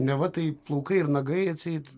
neva tai plaukai ir nagai atseit